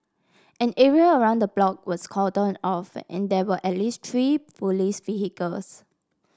an area around the block was cordon off and there were at least three police vehicles